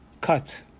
cut